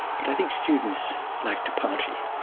but i think students like to party,